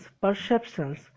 perceptions